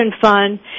Fund